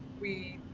we,